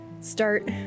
start